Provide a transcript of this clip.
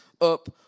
up